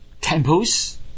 temples